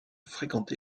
fréquenté